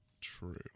True